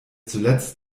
zuletzt